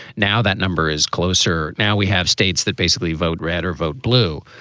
now that number is closer. now we have states that basically vote red or vote blue.